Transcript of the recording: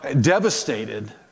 devastated